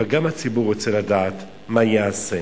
אבל גם הציבור רוצה לדעת מה ייעשה.